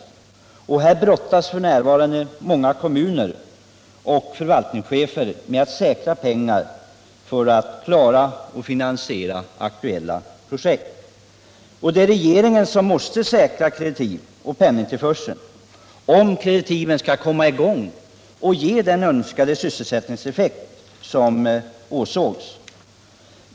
Många kommuner och förvaltningschefer brottas f.n. med problemet = Nr 46 att säkra pengar för att finansiera aktuella projekt. Det är regeringen Måndagen den som måste säkra penningtillförseln, om kreditiven skall ge den syssel 12 december 1977 sättningseffekt som åsyftas.